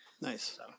Nice